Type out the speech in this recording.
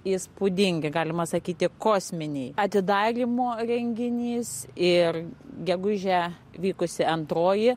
įspūdingi galima sakyti kosminiai atidarymo renginys ir gegužę vykusi antroji